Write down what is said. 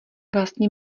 vlastně